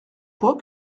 poids